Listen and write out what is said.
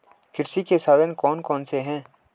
कृषि के साधन कौन कौन से हैं?